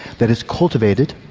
that is cultivated,